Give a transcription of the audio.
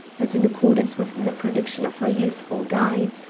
and, in accordance with the prediction of her youthful guides,